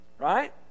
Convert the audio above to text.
right